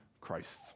Christ